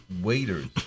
waiters